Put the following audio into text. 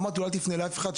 אמרתי לו שלא יפנה לאף אחד,